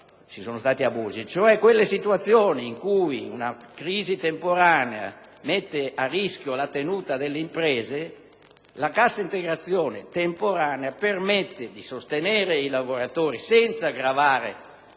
in passato. In quelle situazioni in cui una crisi temporanea mette a rischio la tenuta delle imprese, la cassa integrazione temporanea permette di sostenere i lavoratori senza gravare